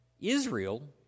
Israel